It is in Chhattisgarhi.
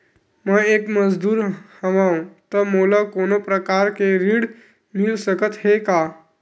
मैं एक मजदूर हंव त मोला कोनो प्रकार के ऋण मिल सकत हे का?